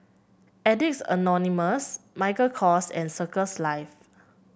Addicts Anonymous Michael Kors and Circles Life